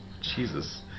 Jesus